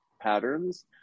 patterns